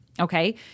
okay